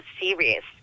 serious